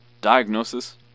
diagnosis